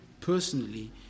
personally